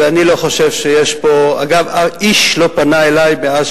ואני לא חושב שיש פה, אגב, איש לא פנה אלי מאז